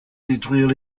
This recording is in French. détruire